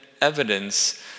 evidence